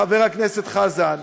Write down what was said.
חבר הכנסת חזן,